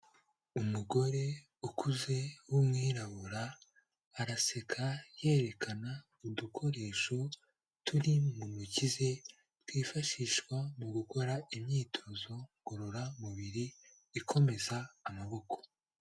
Umugore ukuze w'umwirabura araseka yerekana udukoresho turi mu ntoki ze twifashishwa mu gukora imyitozo ngororamubiri ikomeza amaboko.